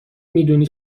میدونی